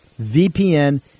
vpn